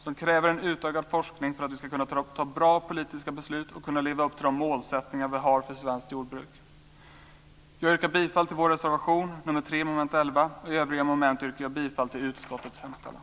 De kräver en utökad forskning för att vi ska kunna fatta bra politiska beslut och leva upp till de mål vi har för svenskt jordbruk. Jag yrkar bifall till vår reservation, nr 3 under mom. 11, och i övriga moment yrkar jag bifall till utskottets hemställan.